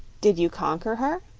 did you conquer her?